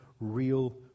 real